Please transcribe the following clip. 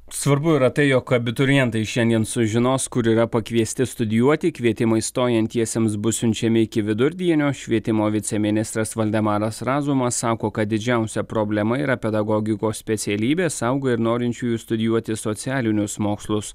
svarbu yra tai jog abiturientai šiandien sužinos kur yra pakviesti studijuoti kvietimai stojantiesiems bus siunčiami iki vidurdienio švietimo viceministras valdemaras razumas sako kad didžiausia problema yra pedagogikos specialybės auga ir norinčiųjų studijuoti socialinius mokslus